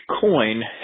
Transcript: coin